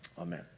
Amen